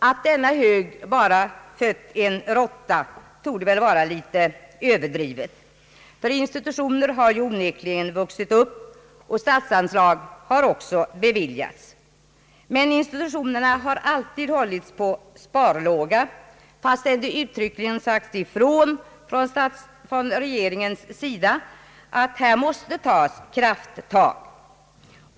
Att denna hög bara fött en råtta torde vara litet överdrivet — institutioner har onekligen vuxit upp och statsanslag har också beviljats. Men institutionerna har alltid hållits på sparlåga, fastän regeringen uttryckligen sagt ifrån att här måste tas krafttag.